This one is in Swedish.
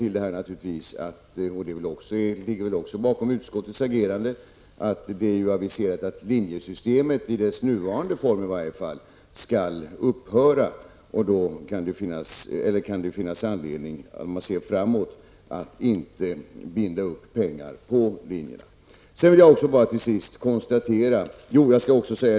Till detta kommer -- och det ligger väl också bakom utskottets agerande -- att det aviseras att linjesystemet i dess nuvarande form skall upphöra. Om man ser framåt kan det därför finnas anledning att inte binda upp pengar på dessa linjer.